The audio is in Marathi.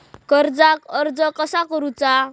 कर्जाक अर्ज कसा करुचा?